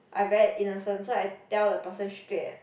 I very innocent so I tell the person straight um